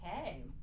Okay